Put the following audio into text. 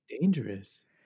dangerous